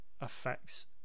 affects